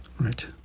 Right